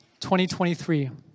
2023